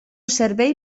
servei